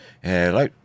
hello